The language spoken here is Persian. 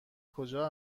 کجا